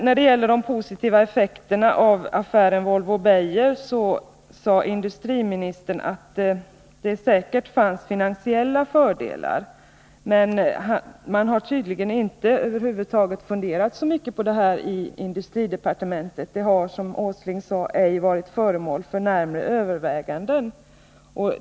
När det gäller de positiva effekterna av affären Volvo-Beijer sade industriministern att det säkert finns finansiella fördelar med den. Man har tydligen över huvud taget inte funderat så mycket på det här i industridepartementet. Frågan har, som Nils Åsling sade, ej varit föremål för närmare överväganden.